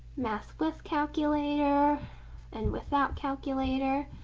math with calculator and without calculator.